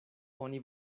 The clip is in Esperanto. oni